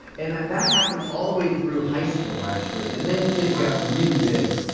and that that happened all the way through high school, actually and then kids got really big.